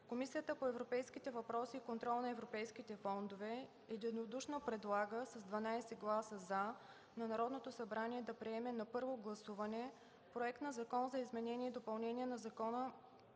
Комисията по европейските въпроси и контрол на европейските фондове предлага: с 11 гласа „за” и 3 гласа „въздържали се” на Народното събрание да приеме на първо гласуване проект на Закон за изменение и допълнение на Закона